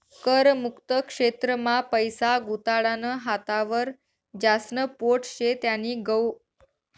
कर मुक्त क्षेत्र मा पैसा गुताडानं हातावर ज्यास्न पोट शे त्यानी गोट नै